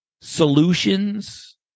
solutions